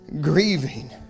grieving